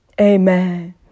Amen